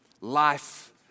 life